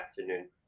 afternoon